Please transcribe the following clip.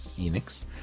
Enix